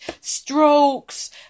strokes